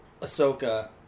Ahsoka